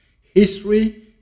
History